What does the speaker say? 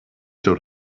told